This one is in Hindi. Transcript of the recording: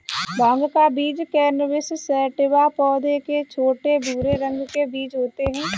भाँग का बीज कैनबिस सैटिवा पौधे के छोटे, भूरे रंग के बीज होते है